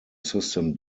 system